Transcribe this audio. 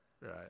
right